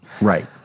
Right